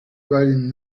garden